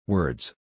Words